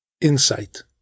Insight